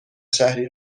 شهری